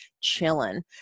chilling